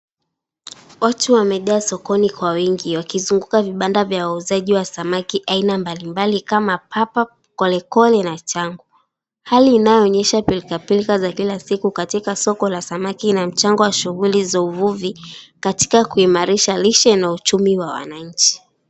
Watu wamejaa sokoni kwa wingi wakizunguka vibanda vya wauzaji wa samaki aina mbalimbali kama papa, kolekole na changu. Hali inayoonyesha pilkapilka za kila siku katika soko la samaki na mchango wa shughuli za uvuvi katika kuimarisha lishe na uchumi wa wananchi.